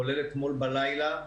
כולל אתמול בלילה.